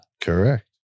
Correct